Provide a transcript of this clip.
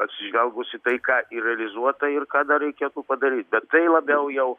atsižvelgus į tai ką ir realizuota ir ką dar reikia padaryt bet tai labiau jau